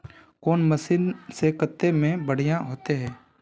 कौन मशीन से कते में बढ़िया होते है?